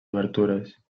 obertures